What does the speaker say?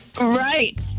Right